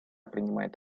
принимает